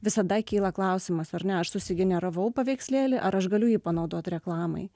visada kyla klausimas ar ne aš susigeneravau paveikslėlį ar aš galiu jį panaudot reklamai